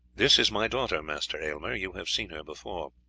this is my daughter, master aylmer you have seen her before.